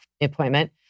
appointment